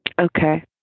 Okay